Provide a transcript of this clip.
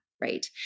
right